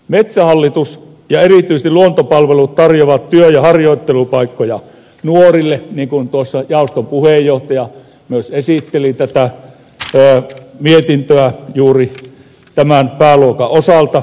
metsähallitus ja erityisesti luontopalvelut tarjoavat työ ja harjoittelupaikkoja nuorille niin kuin tuossa jaoston puheenjohtaja myös esitteli tätä mietintöä juuri tämän pääluokan osalta